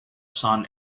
son